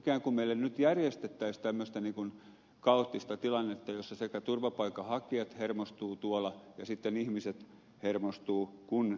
ikään kuin meille nyt järjestettäisiin tämmöistä kaoottista tilannetta jossa turvapaikanhakijat hermostuvat tuolla ja sitten ihmiset hermostuvat